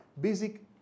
basic